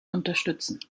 unterstützen